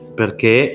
perché